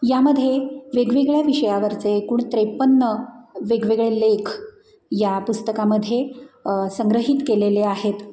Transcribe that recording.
यामध्ये वेगवेगळ्या विषयावरचे एकूण त्रेपन्न वेगवेगळे लेख या पुस्तकामध्ये संग्रहित केलेले आहेत